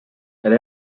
elle